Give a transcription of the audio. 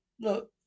Look